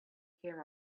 came